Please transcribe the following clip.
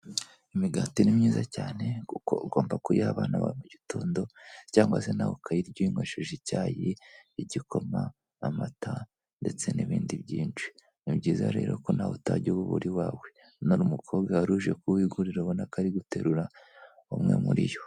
Imigati ni myiza cyane kuko ugomba kuyiha abana ba mu gitondo cyangwa se nawe ukayirya uyinywesheje icyayi, igikoma, amata ndetse n'ibindi byinshi. Ni byiza rero ko nawe utajya uwubura iwawe hano umukobwa wari uje kuwigurira ubona ko ari guterura umwe muri yo.